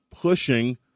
pushing